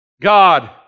God